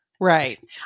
Right